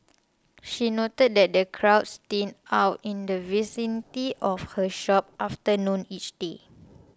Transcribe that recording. she noted that the crowds thin out in the vicinity of her shop after noon each day